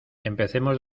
empecemos